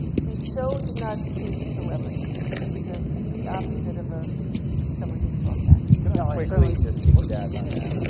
he so did not seek celebrity. he was he was ah the opposite of ah someone who sought that. can i quickly just piggyback on that for